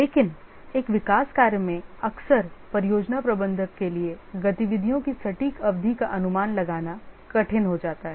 लेकिन एक विकास कार्य में अक्सर परियोजना प्रबंधक के लिए गतिविधियों की सटीक अवधि का अनुमान लगाना कठिन हो जाता है